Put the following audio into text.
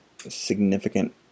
significant